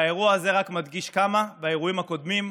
והאירוע הזה, והאירועים הקודמים,